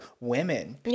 women